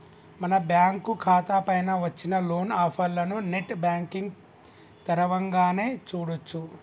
మన బ్యాంకు ఖాతా పైన వచ్చిన లోన్ ఆఫర్లను నెట్ బ్యాంకింగ్ తరవంగానే చూడొచ్చు